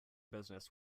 business